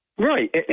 Right